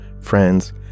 friends